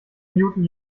newton